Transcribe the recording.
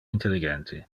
intelligente